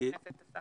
חבר הכנסת עסאקלה.